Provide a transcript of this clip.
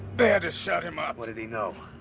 they had to shut him up. what did he know?